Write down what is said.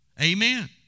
Amen